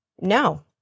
no